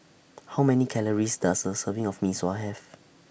How Many Calories Does A Serving of Mee Sua Have